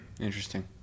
interesting